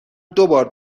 دوبار